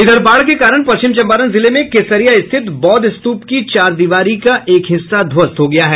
इधर बाढ़ के कारण पश्चिम चंपारण जिले में केसरिया स्थित बौद्धस्तूप की चाहरदीवारी का एक हिस्सा ध्वस्त हो गया है